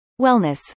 Wellness